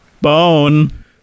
Bone